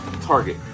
Target